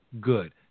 good